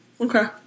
Okay